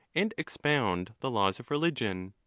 and expound the laws of religion.